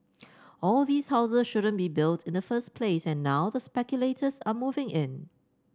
all these house shouldn't been built in the first place and now the speculators are moving in